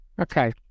Okay